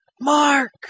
Mark